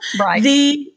Right